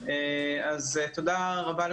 דיברו פה